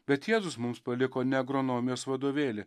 bet jėzus mums paliko ne agronomijos vadovėlį